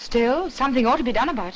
still something ought to be done about